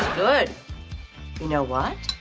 good. you know what?